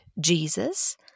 Jesus